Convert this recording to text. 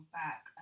back